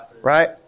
Right